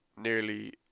nearly